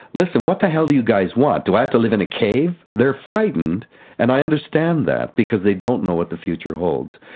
listen, what the hell do you guys want, do i have to live in a cave? they're frightened and i understand that because they don't know what the future holds.